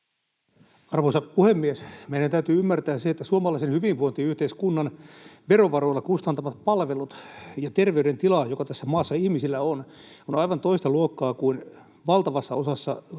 Arvoisa puhemies! Meidän täytyy ymmärtää se, että suomalaisen hyvinvointiyhteiskunnan verovaroilla kustantamat palvelut ja terveydentila, joka tässä maassa ihmisillä on, ovat aivan toista luokkaa kuin valtavassa osassa